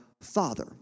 father